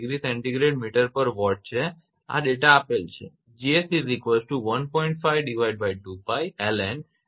5°𝐶 mtWatt છે તે આ ડેટા આપેલ છે તેથી તે 0